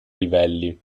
livelli